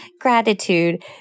gratitude